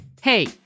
Hey